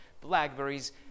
blackberries